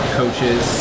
coaches